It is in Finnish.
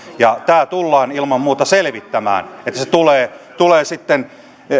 ja tämä tullaan ilman muuta selvittämään niin että se tulee tulee sitten